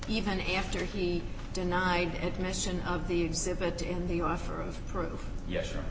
even after he denied admission of the exhibit in the offer of proof yes